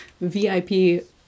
vip